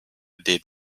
did